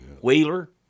Wheeler